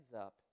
up